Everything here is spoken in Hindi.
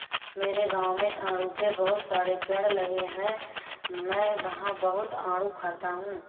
मेरे गाँव में आड़ू के बहुत सारे पेड़ लगे हैं मैं वहां बहुत आडू खाता हूँ